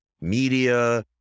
media